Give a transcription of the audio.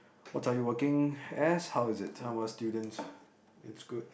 what are you working as how is it how about students it's good